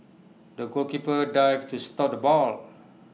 the goalkeeper dived to stop the ball